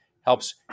helps